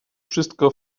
wszystko